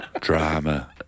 Drama